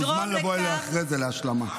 אתה מוכן לבוא אליה אחרי זה להשלמה.